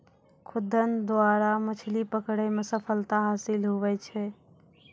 खुद्दन द्वारा मछली पकड़ै मे सफलता हासिल हुवै छै